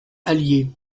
allier